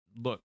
look